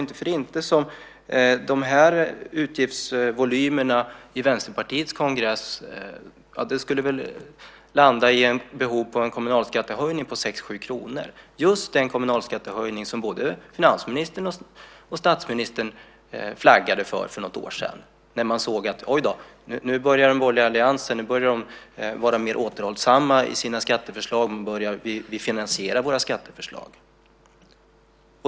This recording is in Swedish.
Inte för inte skulle de här utgiftsvolymerna från Vänsterpartiets kongress landa i ett behov av en kommunalskattehöjning på 6-7 kr - just den kommunalskattehöjning som både finansministern och statsministern flaggade för för något år sedan när man såg att den borgerliga alliansen började vara mer återhållsamma i sina skatteförslag, och att skatteförslagen dessutom var finansierade.